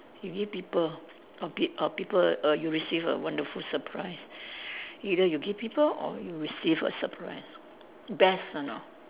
you give people or peo~ or people err you receive a wonderful surprise either you give people or you receive a surprise best one orh